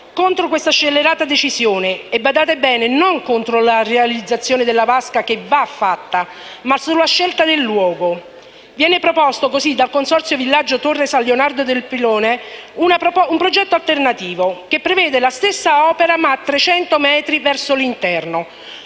contro questa scellerata decisione e - badate bene - non contro la realizzazione della vasca, che va fatta, ma sulla scelta del luogo. Viene così proposto dal Consorzio Villaggio Torre San Leonardo di Pilone un progetto alternativo che prevede la stessa opera, ma a 300 metri verso l'interno,